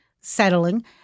settling